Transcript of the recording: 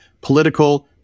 political